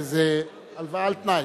זה הלוואה על-תנאי,